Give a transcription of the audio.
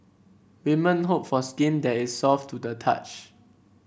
women hope for skin that is soft to the touch